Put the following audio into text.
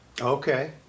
Okay